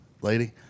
lady